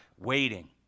Waiting